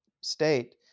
state